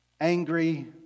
angry